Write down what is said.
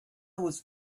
was